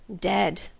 Dead